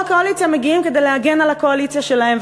הקואליציה מגיעים כדי להגן על הקואליציה שלהם.